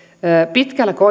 pitkällä